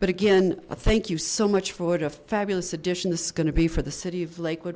but again a thank you so much for it a fabulous addition this is going to be for the city of lakewood